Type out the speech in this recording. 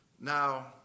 Now